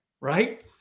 right